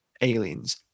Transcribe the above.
aliens